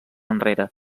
enrere